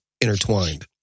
intertwined